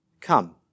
Come